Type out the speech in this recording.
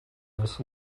this